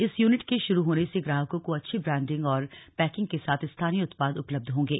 इस यूनिट के शुरू होने से ग्राहकों को अच्छी ब्रान्डिंग और पैकिंग के साथ स्थानीय उत्पाद उपलब्ध होंगे